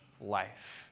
life